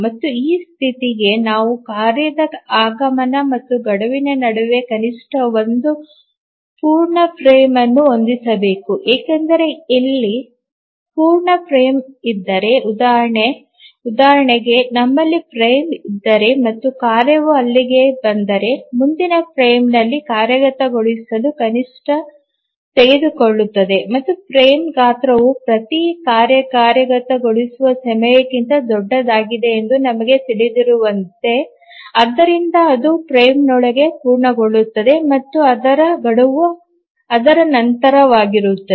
ಮತ್ತು ಈ ಸ್ಥಿತಿಗೆ ನಾವು ಕಾರ್ಯದ ಆಗಮನ ಮತ್ತು ಗಡುವಿನ ನಡುವೆ ಕನಿಷ್ಠ ಒಂದು ಪೂರ್ಣ ಫ್ರೇಮ್ ಅನ್ನು ಹೊಂದಿರಬೇಕು ಏಕೆಂದರೆ ಇಲ್ಲಿ ಪೂರ್ಣ ಫ್ರೇಮ್ ಇದ್ದರೆ ಉದಾಹರಣೆಗೆ ನಮ್ಮಲ್ಲಿ ಫ್ರೇಮ್ ಇದ್ದರೆ ಮತ್ತು ಕಾರ್ಯವು ಇಲ್ಲಿಗೆ ಬಂದರೆ ಮುಂದಿನ ಫ್ರೇಮ್ನಲ್ಲಿ ಕಾರ್ಯಗತಗೊಳಿಸಲು ಕನಿಷ್ಠ ತೆಗೆದುಕೊಳ್ಳಬೇಕು ಮತ್ತು ಫ್ರೇಮ್ ಗಾತ್ರವು ಪ್ರತಿ ಕಾರ್ಯ ಕಾರ್ಯಗತಗೊಳಿಸುವ ಸಮಯಕ್ಕಿಂತ ದೊಡ್ಡದಾಗಿದೆ ಎಂದು ನಮಗೆ ತಿಳಿದಿರುವಂತೆ ಆದ್ದರಿಂದ ಅದು ಫ್ರೇಮ್ನೊಳಗೆ ಪೂರ್ಣಗೊಳ್ಳುತ್ತದೆ ಮತ್ತು ಅದರ ಗಡುವು ಅದರ ನಂತರವಾಗಿರುತ್ತದೆ